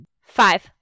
Five